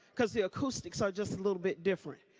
because the acoustics are just a little bit different.